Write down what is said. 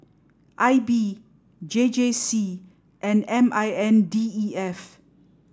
I B J J C and M I N D E F